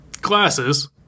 glasses